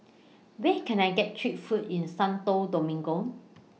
Where Can I get Cheap Food in Santo Domingo